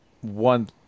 one